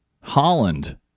holland